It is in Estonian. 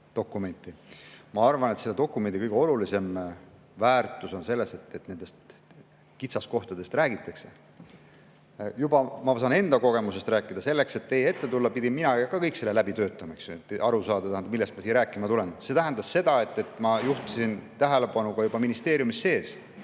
[ülevaadet]. Ma arvan, et selle dokumendi kõige olulisem väärtus on selles, et nendest kitsaskohtadest räägitakse. Ma saan ka enda kogemusest rääkida. Selleks, et teie ette tulla, pidin mina samuti kõik selle läbi töötama, et aru saada, millest ma siia rääkima tulen. See tähendas seda, et ma juhtisin juba ministeeriumis sees